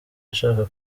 ashaka